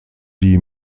die